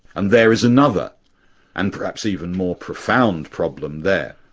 and there is another and perhaps even more profound problem there,